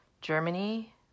Germany